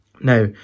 now